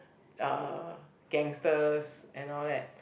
uh gangsters and all that